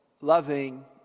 loving